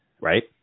Right